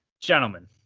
Gentlemen